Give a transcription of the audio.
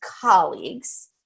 colleagues